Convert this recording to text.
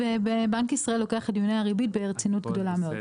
ובנק ישראל לוקח את דיוני הריבית ברצינות גדולה מאוד.